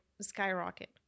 skyrocket